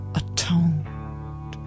atoned